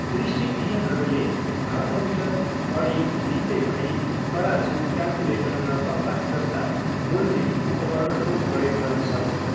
दृष्टिविहीनहरूले thermometer घडी भित्तेघडी तराजू क्याल्कुलेटर र कम्पास जस्ता बोल्ने उपकरणहरू प्रयोग गर्न सक्छन्